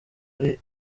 ari